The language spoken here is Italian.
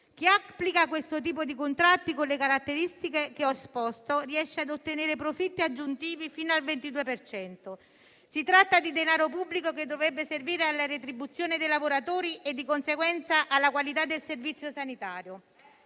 Chi applica questo tipo di contratti, con le caratteristiche che ho esposto, riesce ad ottenere profitti aggiuntivi fino al 22 per cento. Si tratta di denaro pubblico che dovrebbe servire alla retribuzione dei lavoratori e, di conseguenza, alla qualità del servizio sanitario.